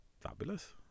fabulous